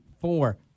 four